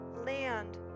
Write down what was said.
land